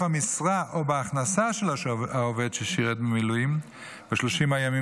המשרה או בהכנסה של העובד ששירת במילואים ב-30 הימים